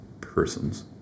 Persons